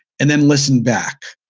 and then listen back.